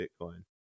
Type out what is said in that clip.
Bitcoin